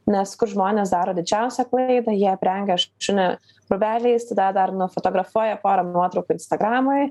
nes kur žmonės daro didžiausią klaidą jie aprengia šunį rūbeliais tada dar nufotografuoja porą nuotraukų instagramui